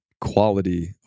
quality